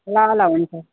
ल ल हुन्छ